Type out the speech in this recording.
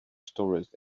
stories